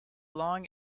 long